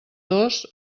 dos